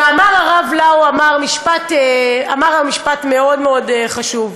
הרב לאו אמר משפט מאוד מאוד חשוב.